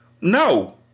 No